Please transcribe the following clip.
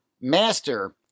master